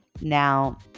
now